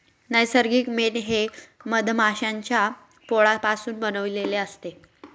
नैसर्गिक मेण हे मधमाश्यांच्या पोळापासून बनविलेले असते